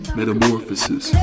metamorphosis